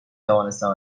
توانستم